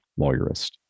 lawyerist